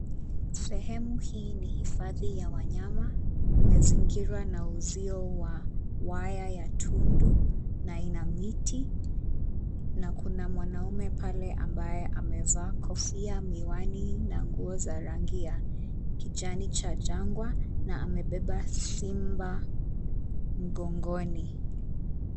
Sehemu hii ni hifadhi ya wanyama. Imezingirwa na uzio wa waya ya tundu, na ina miti, na kuna mwanaume pale ambaye amevaa kofia, miwani na nguo za rangi ya kijani cha jangwa na amebeba simba mgongoni.